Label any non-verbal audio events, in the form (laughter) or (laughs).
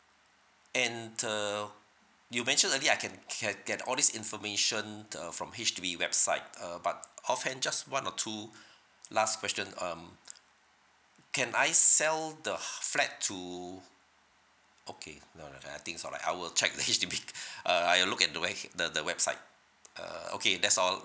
and uh you mentioned earlier I can get get all this information uh from H_D_B website err but offhand just one or two last question um can I sell the flat to okay no no no I think it's all right I will check the H_D_B (laughs) uh I'll look at the we~ the the website uh okay that's all